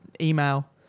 email